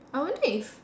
I wonder if